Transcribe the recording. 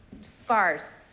scars